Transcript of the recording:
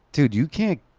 dude, you can't.